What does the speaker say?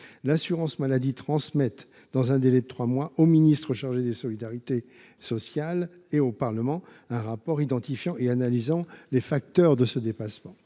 l’assurance maladie devra transmettre, dans un délai de trois mois aux ministres chargés de la sécurité sociale et au Parlement un rapport identifiant et analysant les facteurs de ce dépassement.